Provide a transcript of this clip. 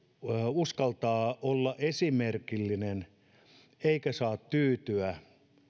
uskaltaa olla esimerkillinen eikä saa tyytyä